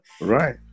Right